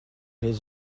les